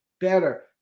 better